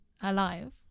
alive